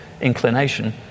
inclination